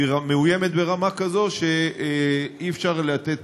היא מאוימת ברמה כזאת שאי-אפשר לתת